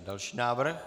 Další návrh.